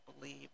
believe